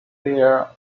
their